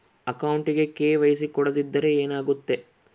ಅಕೌಂಟಗೆ ಕೆ.ವೈ.ಸಿ ಕೊಡದಿದ್ದರೆ ಏನಾಗುತ್ತೆ?